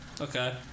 Okay